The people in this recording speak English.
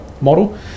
model